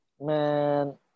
Man